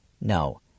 No